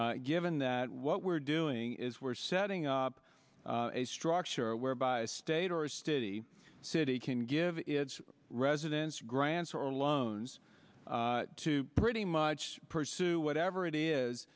given that what we're doing is we're setting up a structure whereby a state or city city can give its residents grants or loans to pretty much pursue whatever it is